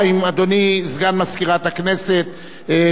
כך אנחנו מכינים את השאלות הדחופות.